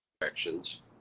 directions